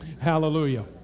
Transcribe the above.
hallelujah